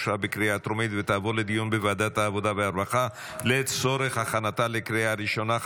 טרומית ותעבור לדיון בוועדת העבודה והרווחה לצורך הכנתה לקריאה ראשונה.